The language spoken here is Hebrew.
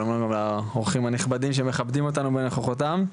שלום לאורחים הנכבדים שמכבדים אותנו בנוכחותם.